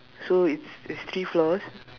so it's it's three floors